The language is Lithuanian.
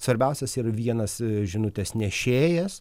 svarbiausias yra vienas žinutes nešėjas